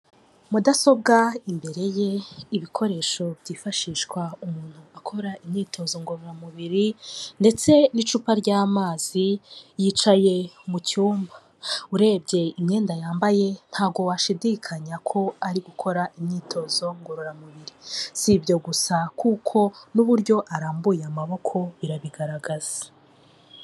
Mudasobwa imbere ye ibikoresho byifashishwa umuntu akora imyitozo ngororamubiri ndetse n'icupa ry'amazi yicaye mu cyumba, urebye imyenda yambaye ntago washidikanya ko ari gukora imyitozo ngororamubiri. Si ibyo gusa kuko n'uburyo arambuye amaboko birabigaragaza.